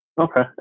Okay